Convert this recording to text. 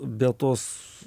be tos